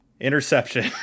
Interception